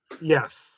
yes